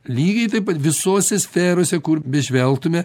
lygiai taip pat visose sferose kur bežvelgtume